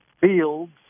fields